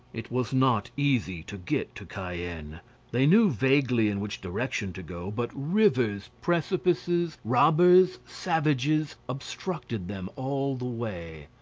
it was not easy to get to cayenne they knew vaguely in which direction to go, but rivers, precipices, robbers, savages, obstructed them all the way.